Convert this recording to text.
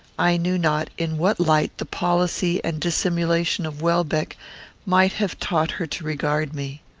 i knew not in what light the policy and dissimulation of welbeck might have taught her to regard me.